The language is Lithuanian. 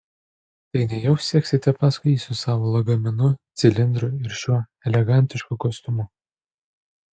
tai nejau seksite paskui jį su savo lagaminu cilindru ir šiuo elegantišku kostiumu